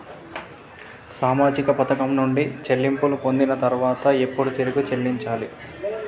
సామాజిక పథకం నుండి చెల్లింపులు పొందిన తర్వాత ఎప్పుడు తిరిగి చెల్లించాలి?